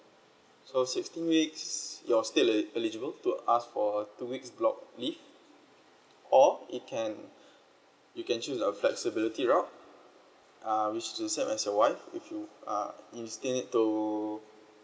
so sixteen weeks you're still el~ eligible to ask for a two weeks block leave or it can you can choose a flexibility route uh which is the same as your wife if you err you still need to